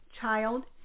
Child